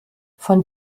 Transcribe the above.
von